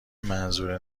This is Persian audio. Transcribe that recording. منظور